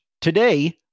today